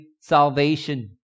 salvation